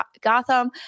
Gotham